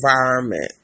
environment